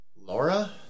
Laura